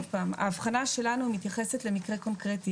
שוב, האבחנה שלנו מתייחסת למקרה קונקרטי.